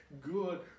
good